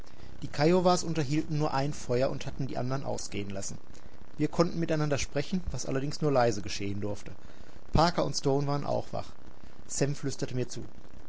die kiowas unterhielten nur ein feuer und hatten die andern ausgehen lassen wir konnten miteinander sprechen was allerdings nur leise geschehen durfte parker und stone waren auch wach sam flüsterte mir zu